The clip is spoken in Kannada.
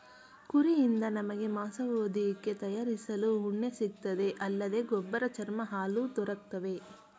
ಕುರಿಯಿಂದ ನಮಗೆ ಮಾಂಸ ಹೊದಿಕೆ ತಯಾರಿಸಲು ಉಣ್ಣೆ ಸಿಗ್ತದೆ ಅಲ್ಲದೆ ಗೊಬ್ಬರ ಚರ್ಮ ಹಾಲು ದೊರಕ್ತವೆ